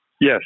Yes